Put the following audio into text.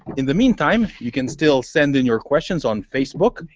in the meantime, you can still send in your questions on facebook,